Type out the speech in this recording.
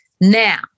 Now